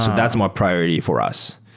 that's more priority for us.